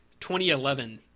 2011